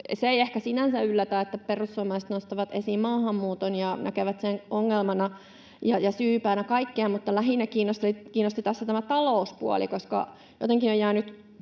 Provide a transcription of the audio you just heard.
se ei ehkä sinänsä yllätä, että perussuomalaiset nostavat esiin maahanmuuton ja näkevät sen ongelmana ja syypäänä kaikkeen, mutta jäin tänne kuuntelemaan tätä keskustelua oikeastaan siksi,